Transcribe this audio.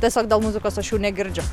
tiesiog dėl muzikos aš jų negirdžiu